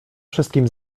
wszystkim